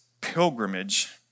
pilgrimage